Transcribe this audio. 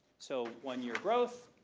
so one year growth,